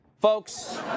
Folks